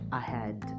ahead